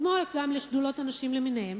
כמו גם לשדולות הנשים למיניהן,